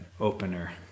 opener